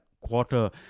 quarter